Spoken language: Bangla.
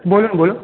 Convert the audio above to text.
বলুন বলুন